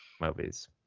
Movies